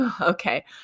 okay